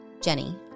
Jenny